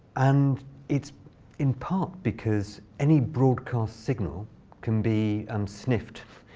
and it's in part because any broadcast signal can be um sniffed,